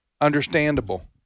understandable